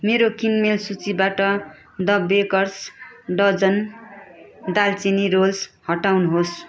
मेरो किनमेल सूचीबाट द बेकर्स डजन दालचिनी रोल्स हटाउनुहोस्